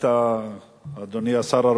אדוני השר,